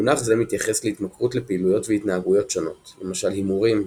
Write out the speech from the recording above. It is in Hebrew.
מונח זה מתייחס להתמכרות לפעילויות והתנהגויות שונות למשל הימורים,